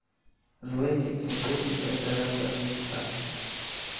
रुई के खेती से कई तरह क रुई निकालल जाला